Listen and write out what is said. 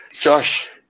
Josh